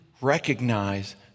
recognize